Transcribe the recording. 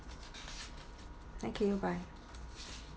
thank you bye